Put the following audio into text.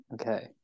Okay